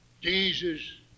Jesus